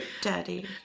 Daddy